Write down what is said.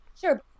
sure